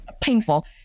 painful